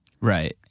right